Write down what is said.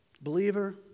Believer